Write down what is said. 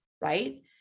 right